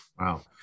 Wow